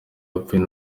yapfuye